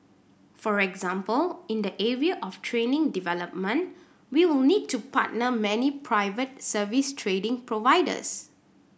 for example in the area of training development we will need to partner many private service trading providers